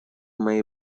моей